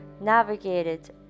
navigated